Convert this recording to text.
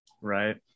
right